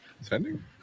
Sending